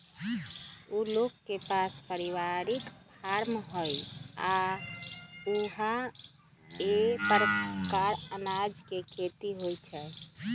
उ लोग के पास परिवारिक फारम हई आ ऊहा कए परकार अनाज के खेती होई छई